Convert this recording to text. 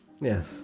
Yes